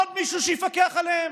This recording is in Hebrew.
עוד מישהו שיפקח עליהם,